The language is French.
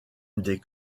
des